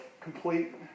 complete